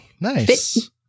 Nice